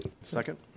Second